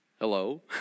hello